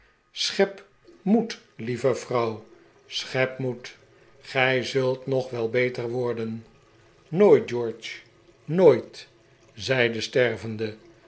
schep moed iieve vrouw schep moed gij zult nog wel beter worden nooit george nooit zei de stervende